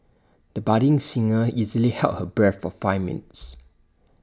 the budding singer easily held her breath for five minutes